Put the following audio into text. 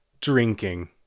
drinking